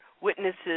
witnesses